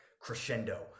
crescendo